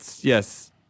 Yes